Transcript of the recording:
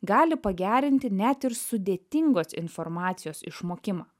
gali pagerinti net ir sudėtingos informacijos išmokimą